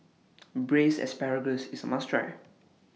Braised Asparagus IS A must Try